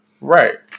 right